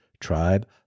tribe